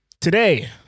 Today